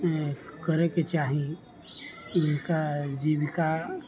करैके चाही हिनका जीविका